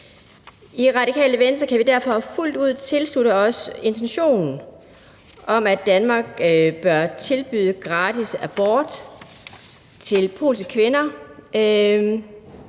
I Radikale Venstre kan vi derfor fuldt ud tilslutte os intentionen om, at Danmark bør tilbyde gratis abort til polske kvinder.